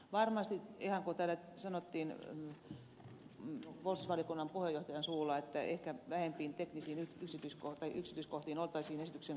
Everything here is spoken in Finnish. varmasti ihan niin kuin täällä sanottiin puolustusvaliokunnan puheenjohtajan suulla ehkä vähempiin teknisiin yksityiskohtiin esityksen kohdalla olisi voitu mennä